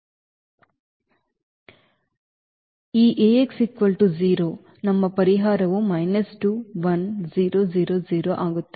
ಈ ರ ನಮ್ಮ ಪರಿಹಾರವು ಆಗುತ್ತದೆ